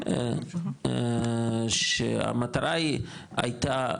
המטרה הייתה,